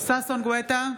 ששון ששי גואטה,